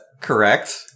Correct